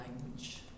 language